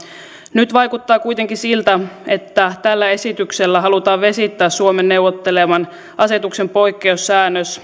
nyt vaikuttaa kuitenkin siltä että tällä esityksellä halutaan vesittää suomen neuvotteleman asetuksen poikkeussäännös